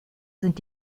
sind